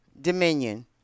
Dominion